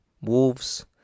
Wolves